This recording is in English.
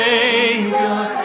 Savior